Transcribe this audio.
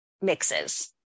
mixes